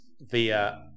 via